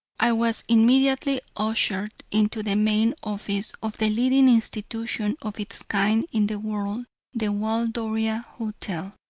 i was immediately ushered into the main office of the leading institution of its kind in the world the waldoria hotel.